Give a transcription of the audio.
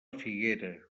figuera